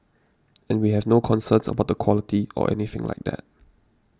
and we have no concerns about the quality or anything like that